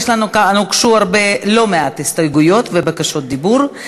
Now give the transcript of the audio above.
הוגשו לא מעט הסתייגויות ובקשות דיבור.